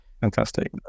Fantastic